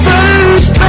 First